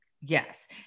Yes